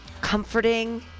comforting